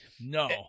No